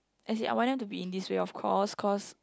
as in I want them to be in this way of course cause